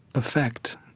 affect